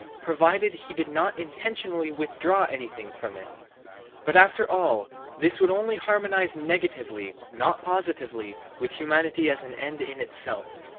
provided he did not intentionally withdraw anything from it but after all this would only harmonize negatively not positively with humanity as an end in itself,